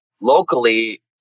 locally